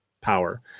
power